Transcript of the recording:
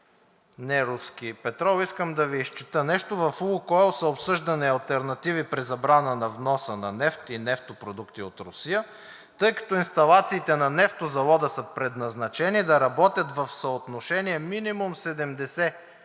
неруски петрол, искам да Ви изчета нещо: „В „Лукойл“ са обсъждани алтернативи при забрана на вноса на нефт и нефтопродукти от Русия, тъй като инсталациите на нефтозавода са предназначени да работят в съотношение минимум 70%